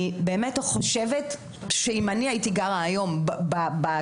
אני באמת חושבת שאם אני הייתי גרה היום בצפון,